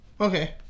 Okay